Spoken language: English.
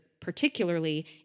particularly